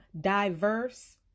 diverse